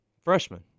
freshman